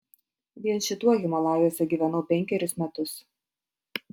vien šituo himalajuose gyvenau penkerius metus